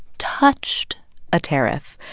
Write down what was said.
touched a tariff,